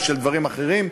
או של דברים אחרים,